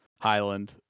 highland